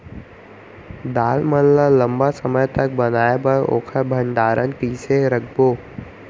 दाल मन ल लम्बा समय तक बनाये बर ओखर भण्डारण कइसे रखबो?